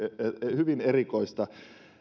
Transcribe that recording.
hyvin erikoista